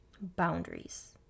boundaries